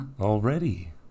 Already